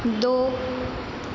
दो